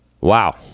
Wow